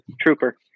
trooper